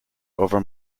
over